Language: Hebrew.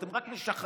אתם רק משחדים.